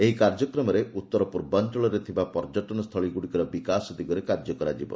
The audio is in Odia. ଏହି କାର୍ଯ୍ୟକ୍ରମରେ ଉତ୍ତର ପୂର୍ବାଞ୍ଚଳରେ ଥିବା ପର୍ଯ୍ୟଟନ ସ୍ଥଳୀଗୁଡ଼ିକର ବିକାଶ ଦିଗରେ କାର୍ଯ୍ୟ କରାଯିବ